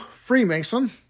Freemason